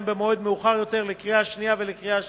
במועד מאוחר יותר לקריאה השנייה ולקריאה השלישית.